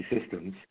systems